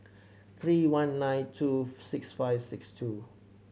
three one nine two six five six two